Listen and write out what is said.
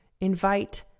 invite